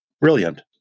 brilliant